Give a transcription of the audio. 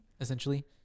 Essentially